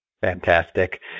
Fantastic